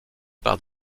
par